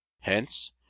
Hence